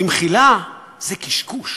במחילה, זה קשקוש.